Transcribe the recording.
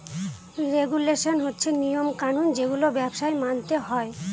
regulation হচ্ছে নিয়ম কানুন যেগুলো ব্যবসায় মানতে হয়